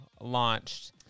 launched